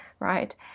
Right